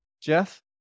Jeff